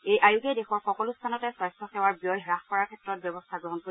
এই আয়োগে দেশৰ সকলো স্থানতে স্বাস্থ্য সেৱাৰ ব্যয় হ্ৰাস কৰাৰ ক্ষেত্ৰত ব্যৱস্থা গ্ৰহণ কৰিব